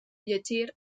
llegir